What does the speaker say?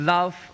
Love